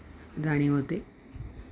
जाणीव होते